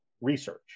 research